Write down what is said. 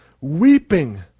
weeping